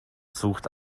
suchte